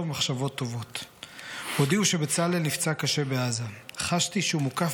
מחשבות טובות // הודיעו שבצלאל נפצע קשה בעזה / חשתי שהוא מוקף